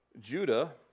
Judah